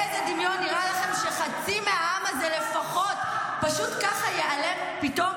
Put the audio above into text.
באיזה דמיון נראה לכם שחצי מהעם הזה לפחות פשוט ככה ייעלם פתאום?